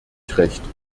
recht